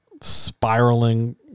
spiraling